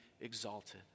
exalted